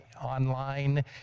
online